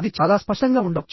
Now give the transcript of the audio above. అది చాలా స్పష్టంగా ఉండవచ్చు